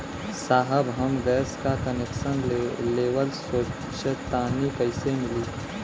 साहब हम गैस का कनेक्सन लेवल सोंचतानी कइसे मिली?